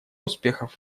успехов